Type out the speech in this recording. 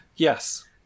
Yes